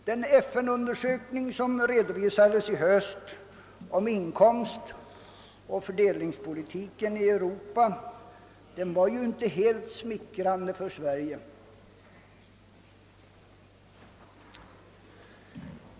Den FN-undersökning om inkomstoch fördelningspolitiken i Europa som redovisades i höstas var ju inte helt smickrande för Sverige.